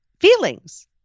feelings